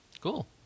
Cool